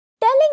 Telling